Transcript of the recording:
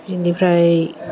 बिनिफ्राय